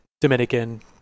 Dominican